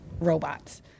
robots